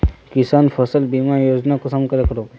किसान फसल बीमा योजना कुंसम करे करबे?